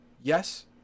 yes